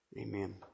Amen